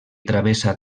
travessa